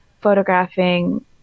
photographing